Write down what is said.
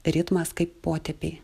ritmas kaip potėpiai